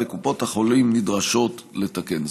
וקופות החולים נדרשות לתקן זאת.